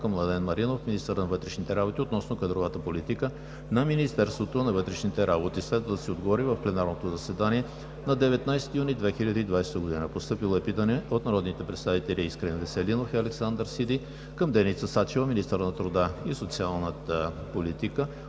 към Младен Маринов – министър на вътрешните работи, относно кадровата политика на Министерството на вътрешните работи. Следва да се отговори в пленарното заседание на 19 юни 2020 г.; - народните представители Искрен Веселинов и Александър Сиди към Деница Сачева – министър на труда и социалната политика,